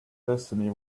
destiny